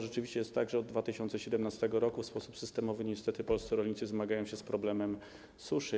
Rzeczywiście jest tak, że od 2017 r. w sposób systemowy niestety polscy rolnicy zmagają się z problemem suszy.